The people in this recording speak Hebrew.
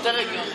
זה יותר הגיוני.